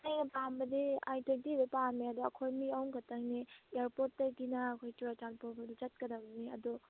ꯑꯩꯅ ꯄꯥꯝꯕꯗꯤ ꯑꯥꯏ ꯇ꯭ꯋꯦꯟꯇꯤꯗꯨ ꯄꯥꯝꯃꯦ ꯑꯗꯨ ꯑꯩꯈꯣꯏ ꯑꯍꯨꯝꯈꯛꯇꯪꯅꯤ ꯏꯌꯥꯔꯄꯣꯔꯠꯇꯒꯤꯅ ꯑꯩꯈꯣꯏ ꯆꯨꯔꯆꯥꯟꯄꯨꯔ ꯐꯥꯎꯗ ꯆꯠꯀꯗꯝꯅꯤ ꯑꯗꯨ